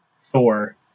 Thor